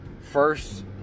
first